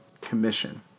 Commission